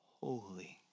holy